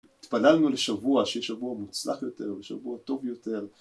התפללנו לשבוע, שיש שבוע מוצלח יותר, שבוע טוב יותר